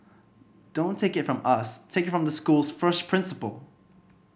don't take it from us take it from the school's first principal